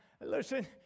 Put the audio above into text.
listen